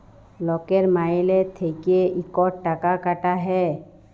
লকের মাইলে থ্যাইকে ইকট টাকা কাটা হ্যয়